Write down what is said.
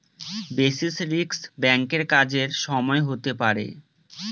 basis risk ব্যাঙ্কের কাজের সময় হতে পারে